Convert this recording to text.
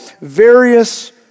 various